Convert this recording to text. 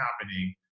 happening